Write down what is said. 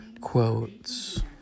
quotes